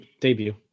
Debut